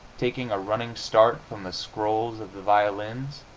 taking a running start from the scrolls of the violins,